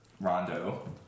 Rondo